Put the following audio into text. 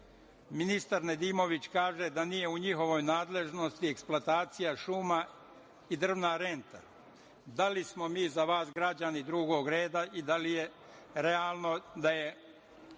Ministar Nedimović kaže da nije u njihovoj nadležnosti eksploatacija šuma i drvna renta. Da li smo mi za vas građani drugog reda i da li je realno da je